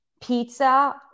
pizza